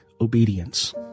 Obedience